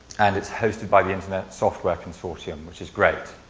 and it's hosted by the internet software consortium which is great.